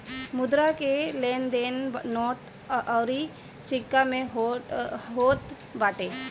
मुद्रा के लेन देन नोट अउरी सिक्का में होत बाटे